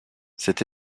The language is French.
cette